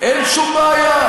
אין שום בעיה.